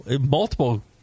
multiple